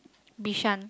Bishan